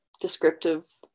descriptive